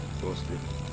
faustino!